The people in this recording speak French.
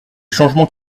changements